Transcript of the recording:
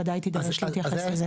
ודאי תידרש להתייחס לזה.